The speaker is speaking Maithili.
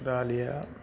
एकरा लिए